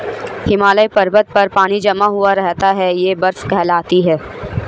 हिमालय पर्वत पर पानी जमा हुआ रहता है यह बर्फ कहलाती है